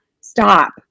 stop